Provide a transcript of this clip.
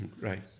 right